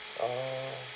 ah